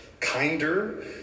kinder